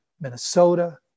Minnesota